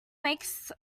makes